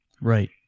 Right